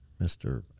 Mr